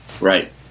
Right